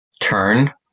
turn